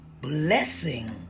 blessing